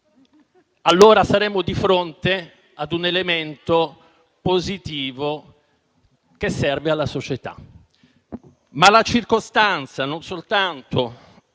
allora saremmo di fronte a un elemento positivo che serve alla società. La circostanza non soltanto